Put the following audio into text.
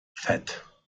fett